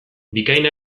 bikain